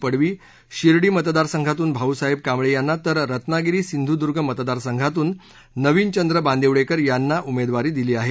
पडवी शिर्डी मतदारसंघातून भाऊसाहेब कांबळे यांना तर रत्नागिरी सिंधुदर्ग मतदारसंघातून नविन चंद्र बांदिवडेकर यांना उमेदवारी दिली आहे